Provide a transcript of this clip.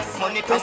money